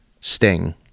Sting